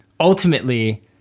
Ultimately